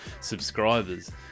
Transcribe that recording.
subscribers